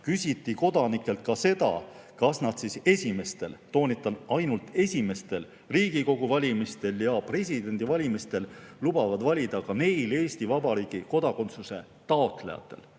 küsiti kodanikelt ka seda, kas nad esimestel – toonitan, ainult esimestel – Riigikogu valimistel ja presidendivalimistel lubavad valida ka neil Eesti Vabariigi kodakondsuse taotlejatel